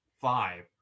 five